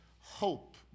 hope